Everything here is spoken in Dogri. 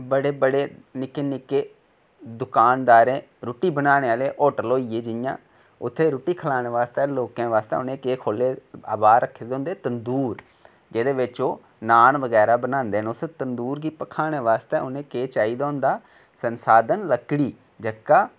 बड़े बड़े निक्के निक्के दुकानदारें रूट्टी बनाने आह्ले होटल होई ए जियां उत्थै रूट्टी खलाने वास्तै लोकें वास्तै उनें केह् खोले दे बाह्र रक्खे दे होंदे तंदूर जेह्दे बिच ओह् नान बगैरा बनांदे न ओह् ओह् उसी तंदूर गी भखाने वास्तै उनें केह् चाहिदा होंदा संसाधन लकड़ी जेह्का